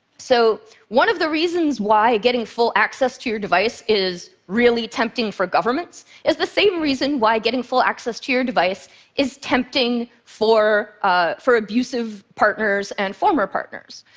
so one of the reasons why getting full access to your device is really tempting for governments is the same reason why getting full access to your device is tempting for ah for abusive partners and former partners.